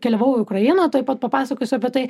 keliavau į ukrainą tuoj pat papasakosiu apie tai